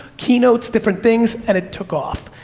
keynotes, different things, and it took off.